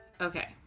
Okay